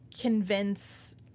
convince